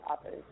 others